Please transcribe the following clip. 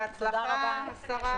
בהצלחה, השרה.